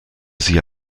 sie